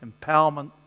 empowerment